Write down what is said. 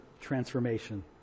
transformation